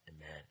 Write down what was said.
amen